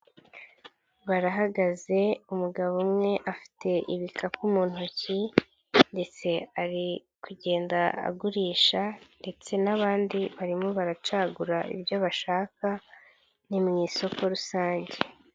Barahagaze, umugabo umwe afite ibikapu mu ntoki ndetse ari kugenda agurisha ndetse n'abandi barimo baracagura ibyo bashaka, ni mu isoko rusange.